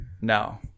No